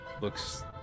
looks